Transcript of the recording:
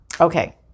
Okay